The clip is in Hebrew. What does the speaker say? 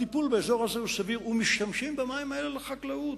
הטיפול באזור הזה הוא סביר ומשתמשים במים האלה לחקלאות.